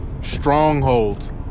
strongholds